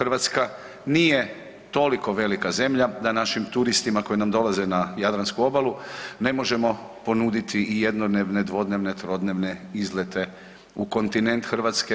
Hrvatska nije toliko velika zemlja da našim turistima koji nam dolaze na Jadransku obalu ne možemo ponuditi i jednodnevne, dvodnevne, trodnevne izlete u kontinent Hrvatske.